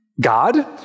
God